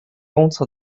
东侧